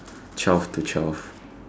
twelve to twelve